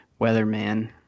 Weatherman